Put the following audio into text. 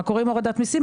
מה קורה עם הורדת מיסים?